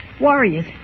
warriors